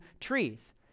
trees